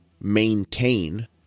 maintain